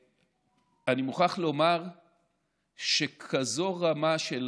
ואני מוכרח לומר שכזו רמה של